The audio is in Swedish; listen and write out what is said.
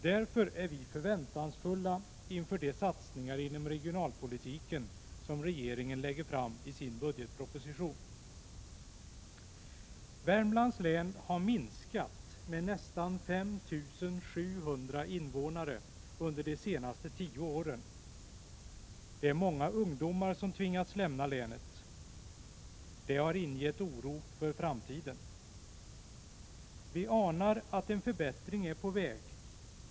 Därför är vi förväntansfulla inför de satsningar inom regionalpolitiken som regeringen föreslår i sin budgetproposition. Värmlands läns befolkning har minskat med nästan 5 700 invånare under de senaste tio åren. Det är många ungdomar som tvingats lämna länet. Det har ingett oro för framtiden. Vi anar att en förbättring är på väg.